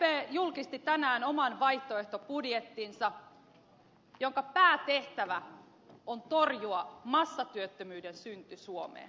sdp julkisti tänään oman vaihtoehtobudjettinsa jonka päätehtävä on torjua massatyöttömyyden synty suomeen